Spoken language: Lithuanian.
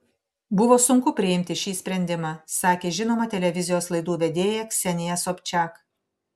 buvo sunku priimti šį sprendimą sakė žinoma televizijos laidų vedėja ksenija sobčiak